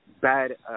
bad